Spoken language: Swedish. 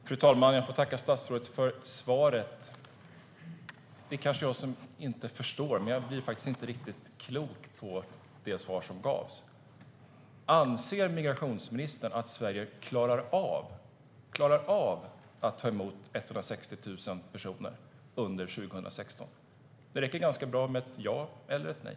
Fru talman! Jag får väl tacka statsrådet för svaret. Det kanske är jag som inte förstår, men jag blir faktiskt inte riktigt klok på det svar som gavs. Anser migrationsministern att Sverige klarar av att ta emot 160 000 personer under 2016? Det räcker ganska bra med ett ja eller ett nej.